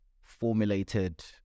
formulated